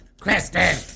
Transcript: Kristen